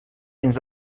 dins